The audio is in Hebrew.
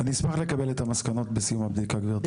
אני אשמח לקבל את המסקנות בסיום הבדיקה גברתי.